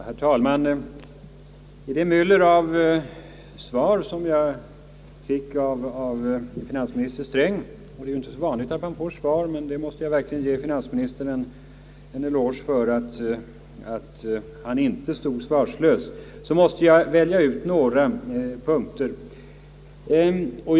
Herr talman! I det myller av svar som jag fick av finansminister Sträng — det är ju inte så vanligt att man får svar, men jag måste verkligen ge finansministern en eloge för att han inte stod försvarslös — skall jag välja ut några punkter.